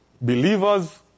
Believers